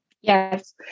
Yes